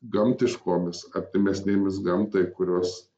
gamtiškomis artimesnėmis gamtai kurios